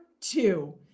two